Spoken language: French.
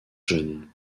jeunes